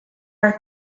are